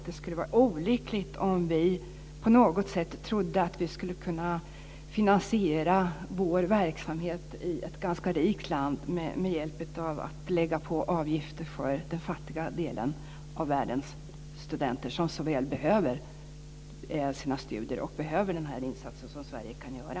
Det skulle vara olyckligt om vi på något sätt trodde att vi skulle kunna finansiera vår verksamhet i ett ganska rikt land med hjälp av att lägga på avgifter för den fattiga delen av världens studenter, som så väl behöver sina studier och den insats som Sverige kan göra.